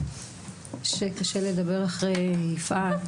קשה לדבר אחרי הדברים של יפעת,